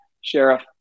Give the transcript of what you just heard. Sheriff